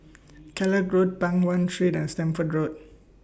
Kellock Road Peng Nguan Street and Stamford Road